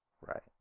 Right